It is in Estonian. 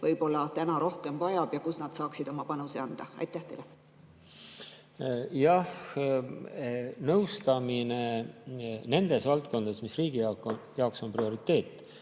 võib-olla täna rohkem vajab ja kus nad saaksid oma panuse anda? Jah, nõustamine nendes valdkondades, mis riigi jaoks on prioriteet